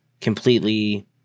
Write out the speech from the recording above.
completely